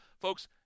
Folks